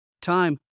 time